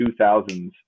2000s